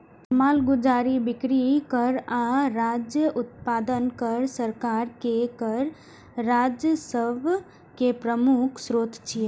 मालगुजारी, बिक्री कर आ राज्य उत्पादन कर सरकार के कर राजस्व के प्रमुख स्रोत छियै